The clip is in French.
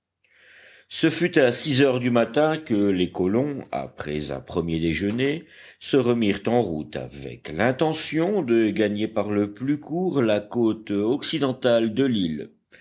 ce fut à six heures du matin que les colons après un premier déjeuner se remirent en route avec l'intention de gagner par le plus court la côte occidentale de l'île